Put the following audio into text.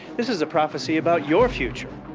this is a prophecy about your future.